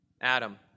Adam